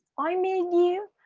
i mean, you